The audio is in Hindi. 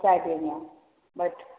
पहुँचा देंगे हम बैठो